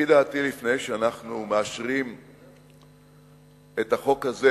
לפי דעתי, לפני שאנחנו מאשרים את החוק הזה,